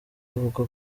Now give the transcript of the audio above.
avuga